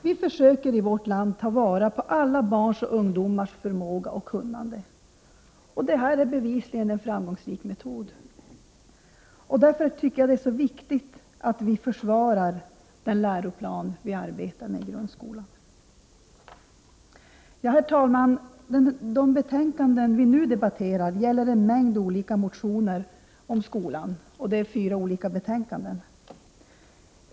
Vi försöker i vårt land ta vara på alla barns och ungdomars förmåga och kunnande. Detta är bevisligen en framgångsrik metod. Därför tycker jag det är viktigt att försvara den läroplan som vi arbetar med i grundskolan. Herr talman! De betänkanden som vi nu debatterar gäller en mängd olika motioner om skolan. Det handlar om fyra olika betänkanden.